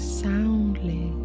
soundly